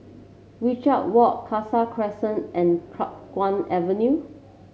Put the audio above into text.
Wajek Walk Khalsa Crescent and Chiap Guan Avenue